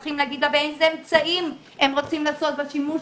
צריך לשאול באיזה אמצעים הם רוצים לעשות שימוש.